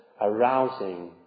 arousing